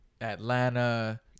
Atlanta